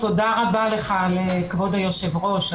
תודה רבה לך, כבוד היושב-ראש.